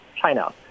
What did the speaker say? China